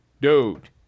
Dude